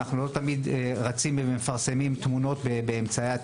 אנחנו לא תמיד רצים ומפרסמים תמונות באמצעי התקשורת.